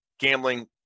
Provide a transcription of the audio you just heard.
gambling